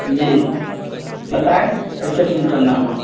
جی بتائیں کیسے فون کرنا ہوا